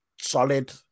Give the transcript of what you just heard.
solid